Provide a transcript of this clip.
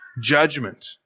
judgment